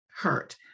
hurt